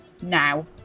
now